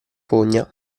fogna